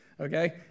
Okay